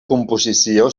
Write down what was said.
composició